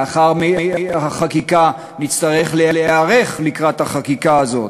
לאחר החקיקה נצטרך להיערך לקראת החקיקה הזאת,